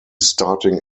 starting